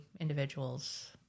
individuals